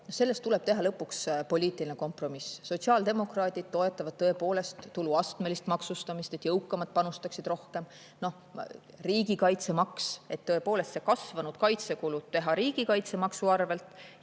selleks tuleb teha lõpuks poliitiline kompromiss. Sotsiaaldemokraadid toetavad tõepoolest tulu astmelist maksustamist, et jõukamad panustaksid rohkem. Riigikaitsemaks. Kasvanud kaitsekulud [tuleks] teha riigikaitsemaksu arvelt